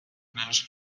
manage